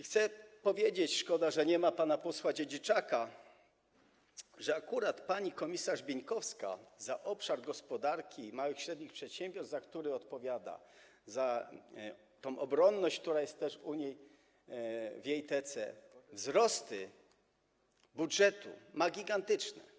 Chcę powiedzieć - szkoda, że nie ma pana posła Dziedziczaka - że akurat pani komisarz Bieńkowska w obszarze gospodarki małych i średnich przedsiębiorstw, za który odpowiada, w obszarze obronności, która też jest w jej tece, wzrosty budżetu ma gigantyczne.